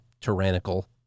tyrannical